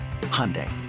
Hyundai